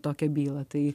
tokią bylą tai